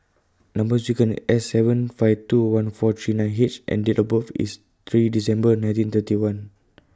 Number sequence S seven five two one four three nine H and Date of birth IS three December nineteen thirty one